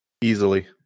Easily